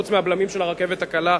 חוץ מהבלמים של הרכבת הקלה,